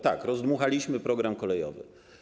Tak, rozdmuchaliśmy program kolejowy.